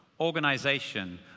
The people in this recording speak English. organization